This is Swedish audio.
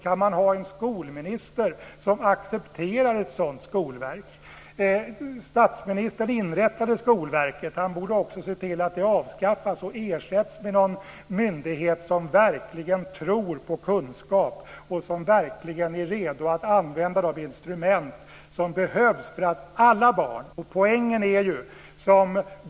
Går det att ha en skolminister som accepterar ett sådant skolverk? Statsministern inrättade Skolverket. Han borde också se till att det avskaffas och ersätts med någon myndighet som verkligen tror på kunskap och som verkligen är redo att använda de instrument som behövs för alla barn.